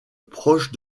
proche